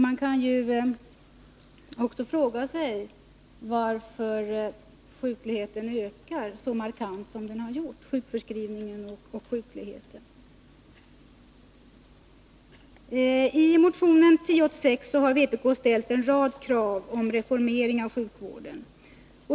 Man kan också fråga sig varför sjukligheten ökat så markant som den gjort. , I motion 1086 har vpk ställt en rad krav om reformering av sjukvården.